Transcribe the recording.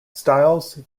stiles